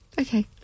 Okay